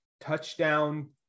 touchdown